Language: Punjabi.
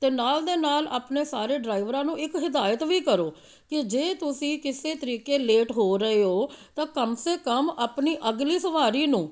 ਅਤੇ ਨਾਲ਼ ਦੇ ਨਾਲ਼ ਆਪਣੇ ਸਾਰੇ ਡਰਾਈਵਰਾਂ ਨੂੰ ਇੱਕ ਹਿਦਾਇਤ ਵੀ ਕਰੋ ਕਿ ਜੇ ਤੁਸੀਂ ਕਿਸੇ ਤਰੀਕੇ ਲੇਟ ਹੋ ਰਹੇ ਹੋ ਤਾਂ ਕਮ ਸੇ ਕਮ ਆਪਣੀ ਅਗਲੀ ਸਵਾਰੀ ਨੂੰ